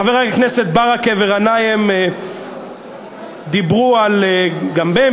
חברי הכנסת ברכה וגנאים דיברו גם הם,